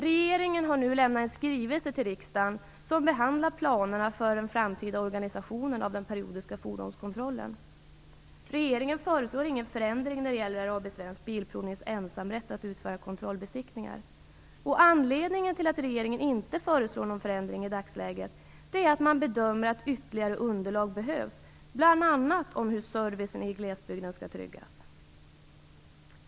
Regeringen har nu lämnat en skrivelse till riksdagen där planerna för en framtida organisation av den periodiska fordonskontrollen behandlas. Regeringen föreslår ingen förändring när det gäller AB Svensk Bilprovnings ensamrätt att utföra kontrollbesiktningar. Anledningen till att regeringen inte föreslår någon förändring i dagsläget är att man bedömer att ytterligare underlag behövs bl.a. om hur servicen i glesbygden skall kunna tryggas.